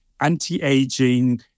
Anti-Aging